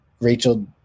Rachel